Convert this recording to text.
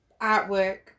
artwork